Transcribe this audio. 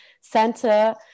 center